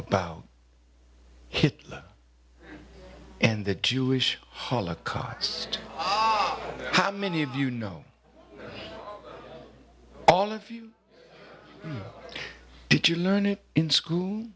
about hitler and the jewish holocaust how many of you know all of you did you learn it in school